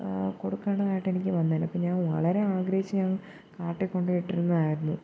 കൊടുക്കേണ്ടതായിട്ടെനിക്കു വന്നേനെ അപ്പം ഞാൻ വളരെ ആഗ്രഹിച്ച് ഞാൻ കാർട്ടിൽ കൊണ്ട് ഇട്ടിരുന്നതായിരുന്നു